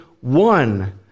one